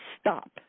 stop